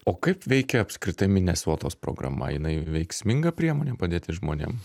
o kaip veikia apskritai minesotos programa jinai veiksminga priemonė padėti žmonėm